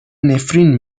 نفرین